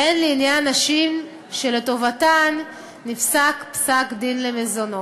והן לעניין נשים שלטובתן נפסק פסק-דין למזונות.